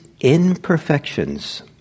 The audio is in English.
imperfections